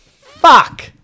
Fuck